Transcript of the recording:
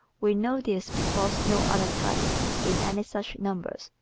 we know this because no other type in any such numbers,